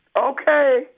Okay